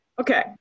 okay